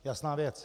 Jasná věc.